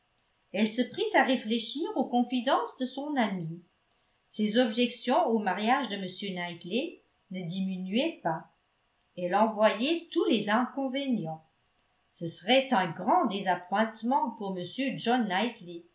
elle se prit à réfléchir aux confidences de son amie ses objections au mariage de m knightley ne diminuaient pas elle en voyait tous les inconvénients ce serait un grand désappointement pour m john